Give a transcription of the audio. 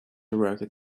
rocket